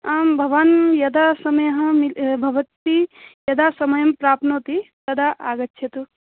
आं भवान् यदा समयः मिल् भवति यदा समयं प्राप्नोति तदा आगच्छतु